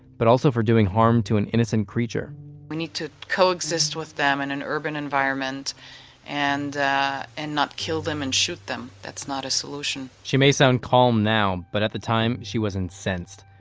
but also for doing harm to an innocent creature we need to coexist with them in an urban environment and and not kill them and shoot them, that's not a solution she may sound calm now, but at the time, she was incensed.